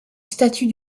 statue